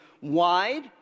wide